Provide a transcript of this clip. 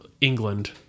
England